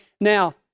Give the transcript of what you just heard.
now